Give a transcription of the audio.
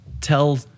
tell